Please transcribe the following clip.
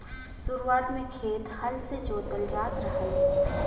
शुरुआत में खेत हल से जोतल जात रहल